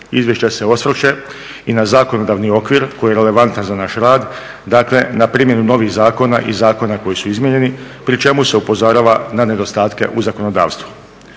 Izvješće se osvrće i na zakonodavni okvir koji je relevantan za naš rad, dakle na primjenu novih zakona i zakona koji su izmijenjeni, pri čemu se upozorava na nedostatke u zakonodavstvu.